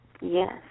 Yes